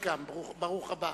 welcome, ברוך הבא.